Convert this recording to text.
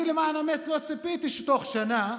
אני, למען האמת, לא ציפיתי שתוך שנה,